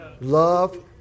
Love